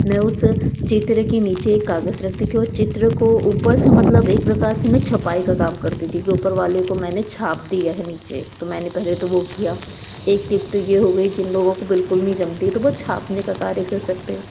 मैं उस चित्र की नीचे एक कागज़ रखती कि वो चित्र को ऊपर से मतलब एक प्रकार से मैं छपाई का काम करती थी कि ऊपर वाले को मैंने छाप दिया है नीचे तो मैंने पहले तो वो किया एक टिप तो ये हो गई जिन लोगों को बिल्कुल नहीं जमती तो वो छापने का कार्य कर सकते हैं